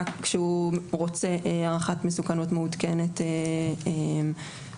רק כשהוא רוצה הערכת מסוכנות מעודכנת או